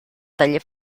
taller